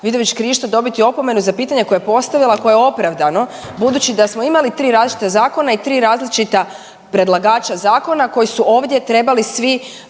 Vidović Krišto dobiti opomenu za pitanje koje je postavila koje je opravdano, budući da smo imali 3 različita zakona i 3 različita predlagača zakona koji su ovdje trebali svi